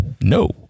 No